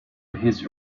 his